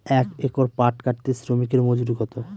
এক একর পাট কাটতে শ্রমিকের মজুরি কত?